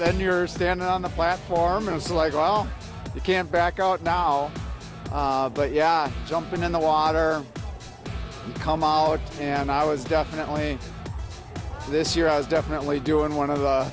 then you're standing on the platform and it's like all you can't back out now but yeah jumping in the water come on and i was definitely this year i was definitely doing one of